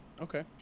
Okay